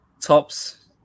Tops